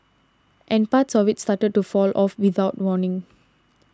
and parts of it started to fall off without warning